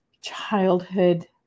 childhood